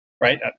right